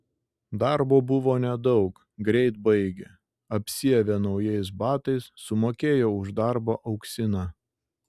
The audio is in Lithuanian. darbo buvo nedaug greit baigė apsiavė naujais batais sumokėjo už darbą auksiną